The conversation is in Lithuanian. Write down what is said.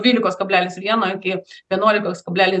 dvylikos kablelis vieno iki vienuolikos kablelis